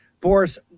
boris